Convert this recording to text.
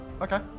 Okay